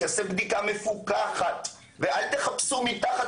שיעשה בדיקה מפוקחת ואל תחפשו מתחת